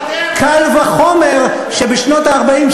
קל וחומר שבשנות ה-40,